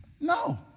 No